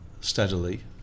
steadily